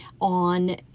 on